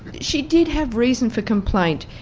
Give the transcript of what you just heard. she did have reason for complaint.